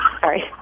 Sorry